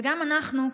וגם אנחנו,